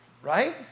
right